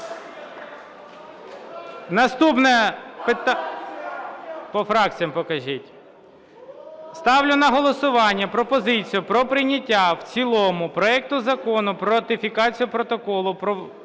Наступне... По фракціям покажіть. Ставлю на голосування пропозицію про прийняття в цілому проекту Закону про ратифікацію Протоколу, що